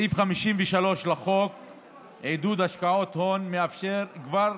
סעיף 53 לחוק עידוד השקעות הון מאפשר כבר